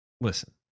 Listen